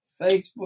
Facebook